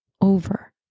over